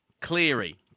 Cleary